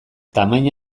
tamaina